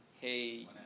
hey